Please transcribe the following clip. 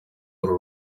hari